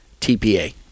TPA